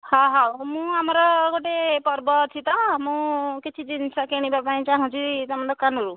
ହଁ ହଉ ମୁଁ ଆମର ଗୋଟେ ପର୍ବ ଅଛି ତ ମୁଁ କିଛି ଜିନିଷ କିଣିବା ପାଇଁ ଚାହୁଁଛି ତୁମ ଦୋକାନରୁ